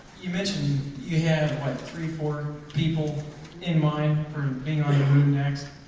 you mentioned you had like three four people in mind for being on the moon next